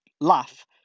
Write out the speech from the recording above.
laugh